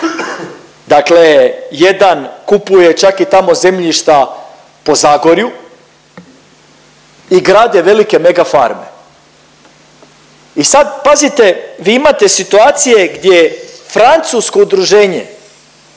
dakle jedan kupuje čak i tamo zemljišta po Zagorju i grade velike megafarme. I sad pazite vi imate situacije gdje francusko udruženje